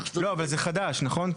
לא, אבל זה חדש, נכון?